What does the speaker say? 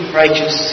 righteous